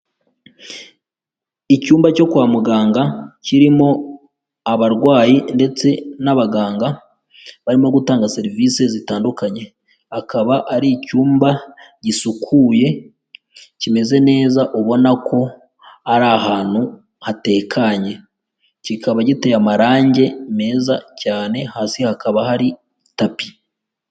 Icyumba cyo kwa muganga kirimo abarwayi ndetse n'abaganga barimo gutanga serivisi zitandukanye, akaba ari icyumba gisukuye kimeze neza ubona ko ari ahantu hatekanye, kikaba giteye amarangi meza cyane hasi hakaba hari tapi.